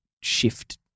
shift